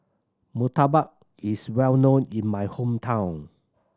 murtabak is well known in my hometown